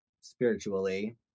spiritually